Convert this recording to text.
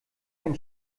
ein